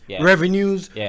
revenues